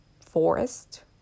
forest